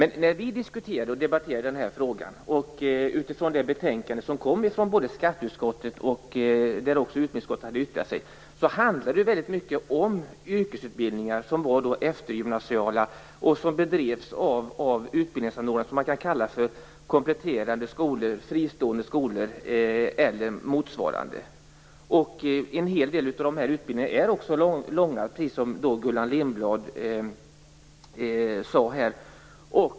När vi diskuterade och debatterade frågan utifrån skatteutskottets betänkande, där också utbildningsutskottet hade yttrat sig, handlade det väldigt mycket om eftergymnasiala yrkesutbildningar som bedrevs av utbildningsanordnare som man kan kalla för kompletterande skolor, fristående skolor eller motsvarande. En hel del av dessa utbildningar är långa, precis som Gullan Lindblad sade.